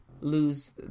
lose